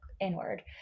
inward